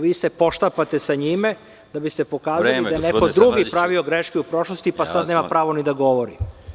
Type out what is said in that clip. Vi se poštapate sa njime da biste pokazali da je neko drugi pravio greške u prošlosti, pa sada nema pravo ni da govori.